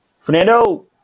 Fernando